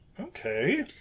okay